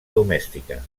domèstica